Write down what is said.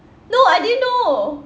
no I didn't know